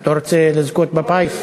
אתה לא רוצה לזכות בפיס?